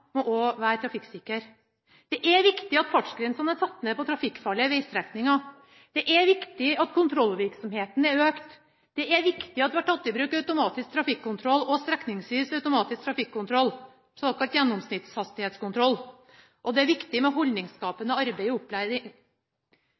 må være trafikksikre. Det er viktig at fartsgrensene er satt ned på trafikkfarlige vegstrekninger. Det er viktig at kontrollvirksomheten er økt. Det er viktig at vi har tatt i bruk automatisk trafikkontroll og strekningsvis automatisk trafikkontroll, såkalt gjennomsnittshastighetskontroll, og det er viktig med